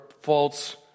false